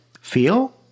feel